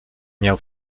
miał